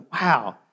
Wow